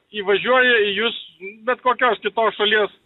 įvažiuoja į jus bet kokios kitos šalies